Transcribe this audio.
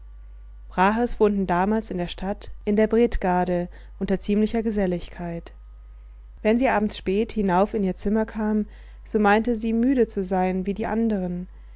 brahes wohnten damals in der stadt in der bredgade unter ziemlicher geselligkeit wenn sie abends spät hinauf in ihr zimmer kam so meinte sie müde zu sein wie die anderen